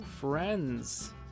friends